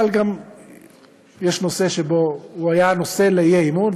אבל יש גם נושא שהיה הנושא לאי-אמון,